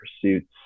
pursuits